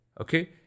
okay